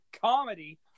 comedy